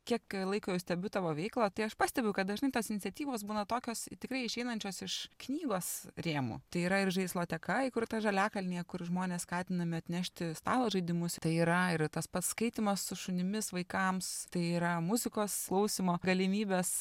kiek laiko stebiu tavo veiklą tai aš pastebiu kad dažnai tos iniciatyvos būna tokios tikrai išeinančios iš knygos rėmų tai yra ir žaisloteka įkurta žaliakalnyje kur žmonės skatinami atnešti stalo žaidimus tai yra ir tas pats skaitymas su šunimis vaikams tai yra muzikos klausymo galimybės